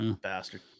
Bastard